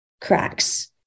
cracks